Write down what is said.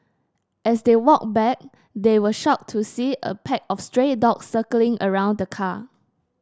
as they walked back they were shocked to see a pack of stray dogs circling around the car